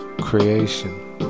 creation